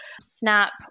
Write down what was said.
SNAP